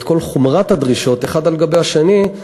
כל חומרת הדרישות האחת על גבי השנייה,